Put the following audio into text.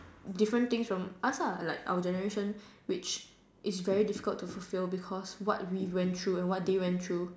different things from us lah like our generation which is very difficult to fulfil because what we went through and what they went through